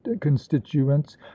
constituents